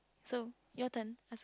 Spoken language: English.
so your turn first